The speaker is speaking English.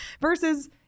versus